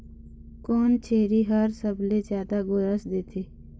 कोन छेरी हर सबले जादा गोरस देथे?